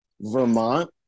Vermont